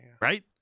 Right